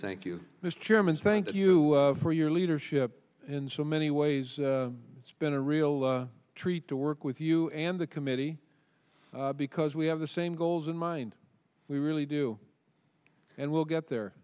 thank you mr chairman thank you for your leadership in so many ways it's been a real treat to work with you and the committee because we have the same goals in mind we really do and we'll get there